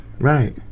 right